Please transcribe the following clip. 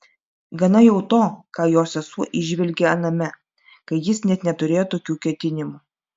gana jau to ką jo sesuo įžvelgė aname kai jis net neturėjo tokių ketinimų